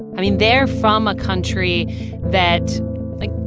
i mean, they're from a country that like,